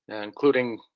including